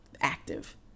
active